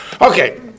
Okay